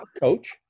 Coach